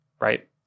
right